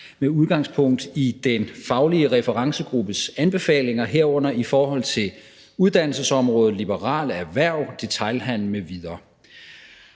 med udgangspunkt i den faglige referencegruppes anbefalinger, herunder i forhold til uddannelsesområdet, liberale erhverv, detailhandel m.v.?«